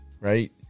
right